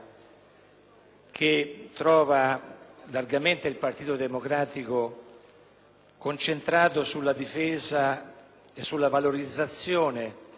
concentrato sulla difesa e sulla valorizzazione del primato della coscienza e della libertà individuale,